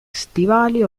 stivali